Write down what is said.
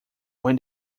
when